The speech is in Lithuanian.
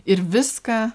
ir viską